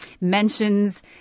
mentions